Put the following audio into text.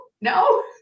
No